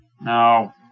No